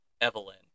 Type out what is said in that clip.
Evelyn